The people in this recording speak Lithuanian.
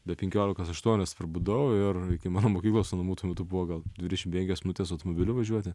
be penkiolikos aštuonios prabudau ir iki mano mokyklos nuo namų tuo metu buvo gal dvidešim penkios minutės automobiliu važiuoti